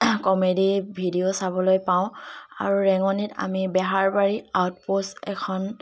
comedy video চাবলৈ পাওঁ আৰু ৰেঙনিত আমি বেহাৰবাৰী আউটপোষ্ট এখন